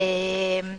אומר